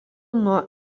nuo